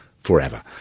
forever